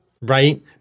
right